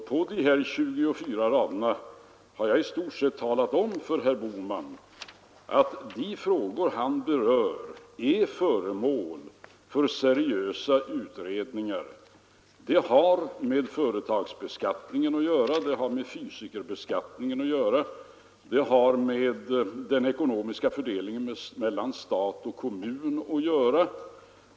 På de 24 raderna har jag i stort sett talat om för herr Bohman att de frågor han berör är föremål för seriösa utredningar. De har med företagsbeskattningen att göra, de har med beskattningen av fysiska personer att göra, de har med den ekonomsika fördelningen mellan stat och kommun att göra.